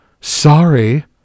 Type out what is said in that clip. Sorry